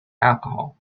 alcohol